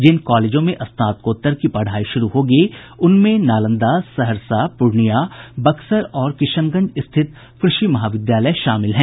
जिन कॉलेजों में स्नातकोत्तर की पढ़ाई शुरू होगी उनमें नालंदा सहरसा पूर्णियां बक्सर और किशनगंज स्थित कृषि महाविद्यालय शामिल हैं